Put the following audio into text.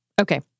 Okay